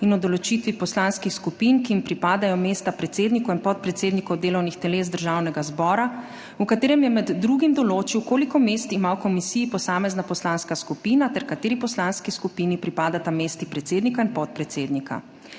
in o določitvi poslanskih skupin, ki jim pripadajo mesta predsednikov in podpredsednikov delovnih teles Državnega zbora, v katerem je med drugim določil, koliko mest ima v komisiji posamezna poslanska skupina ter kateri poslanski skupini pripadata mesti predsednika in podpredsednika.